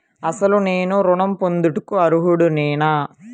అసలు నేను ఋణం పొందుటకు అర్హుడనేన?